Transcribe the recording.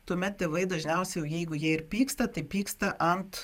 tuomet tėvai dažniausiai jau jeigu jie ir pyksta tai pyksta ant